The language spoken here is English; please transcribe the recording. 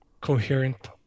coherent